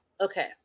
Okay